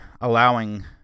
allowing